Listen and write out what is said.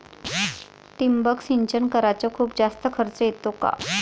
ठिबक सिंचन कराच खूप जास्त खर्च येतो का?